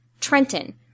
Trenton